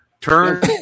Turn